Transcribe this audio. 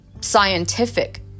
scientific